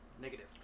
Negative